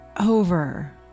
over